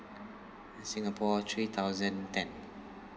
singapore three thousand ten